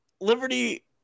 Liberty